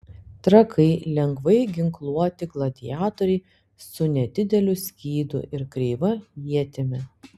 trakai lengvai ginkluoti gladiatoriai su nedideliu skydu ir kreiva ietimi